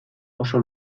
oso